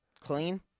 Clean